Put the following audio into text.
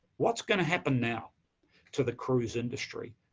what's going to happen now to the cruise industry?